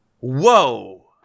Whoa